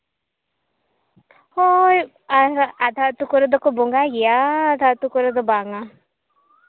ᱦᱳᱭ ᱟᱫᱷᱟ ᱟᱹᱛᱩ ᱠᱚᱨᱮ ᱫᱚᱠᱚ ᱵᱚᱸᱜᱟᱭ ᱜᱮᱭᱟ ᱟᱫᱷᱟ ᱟᱹᱛᱩ ᱠᱚᱨᱮ ᱫᱚ ᱵᱟᱝ ᱟ